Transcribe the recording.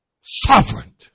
Sovereign